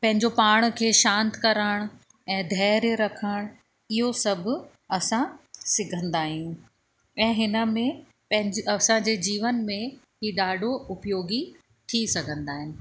पंहिंजो पाण खे शांति करण ऐं धैर्य रखणु इहो सभु असां सिखंदा आहियूं ऐं हिन में पंहिंजे असांजे जीवन में ई ॾाढो उपयोगी थी सघंदा आहिनि